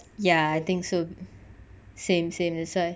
ya I think so same same that's why